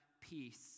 peace